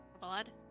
Blood